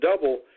double